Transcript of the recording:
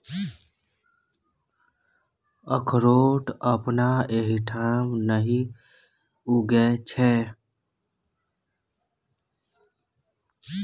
अकरोठ अपना एहिठाम नहि उगय छै